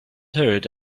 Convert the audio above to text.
herd